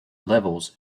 levels